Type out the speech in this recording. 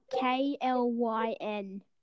K-L-Y-N